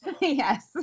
Yes